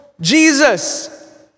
Jesus